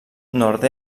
nord